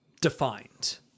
defined